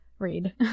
read